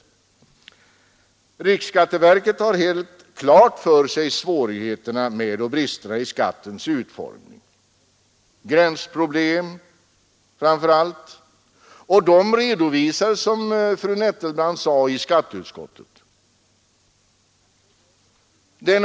Reklamskatten Riksskatteverket har helt klart för sig svårigheterna med och bristerna i skattens utformning. Det gäller framför allt gränsproblem, och de redovisades som fru Nettelbrandt sade i skatteutskottet.